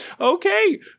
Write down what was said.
Okay